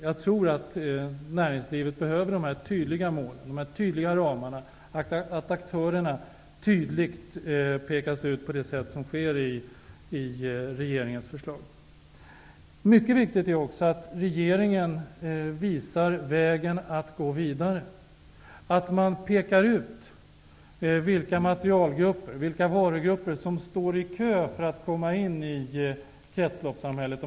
Jag tror att näringslivet behöver dessa tydliga mål och ramar. Aktörerna pekas ut tydligt i regeringens förslag. Mycket viktigt är också att regeringen visar vilken väg man kan gå vidare på och pekar ut vilka materialgrupper och varugrupper som står i kö för att komma in i kretsloppssamhället.